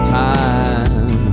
time